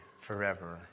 forever